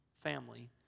family